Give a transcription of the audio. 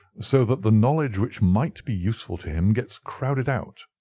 so that the knowledge which might be useful to him gets crowded out,